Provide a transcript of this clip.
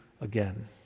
again